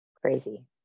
crazy